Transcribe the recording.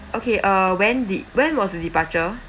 okay uh when the when was the departure